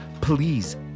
please